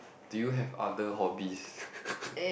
do you have other hobbies